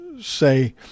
say